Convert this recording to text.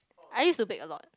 I used to bake a lot